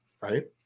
right